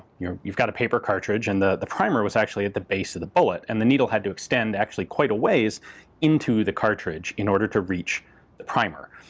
you know, you've got a paper cartridge and the the primer was actually at the base of the bullet, and the needle had to extend actually quite a ways into the cartridge in order to reach the primer.